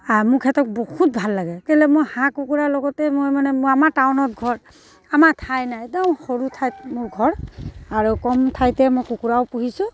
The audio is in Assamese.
মোৰ সিহঁতক বহুত ভাল লাগে কেলৈ মই হাঁহ কুকুৰাৰ লগতেই মই মানে মোৰ আমাৰ টাউনত ঘৰ আমাৰ ঠাই নাই একদম সৰু ঠাইত মোৰ ঘৰ আৰু কম ঠাইতে মই কুকুৰাও পুহিছোঁ